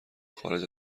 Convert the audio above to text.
خارج